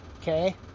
okay